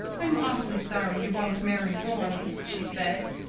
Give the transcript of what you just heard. i'm awfully sorry you won't marry roy, she said.